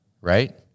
right